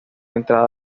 entrada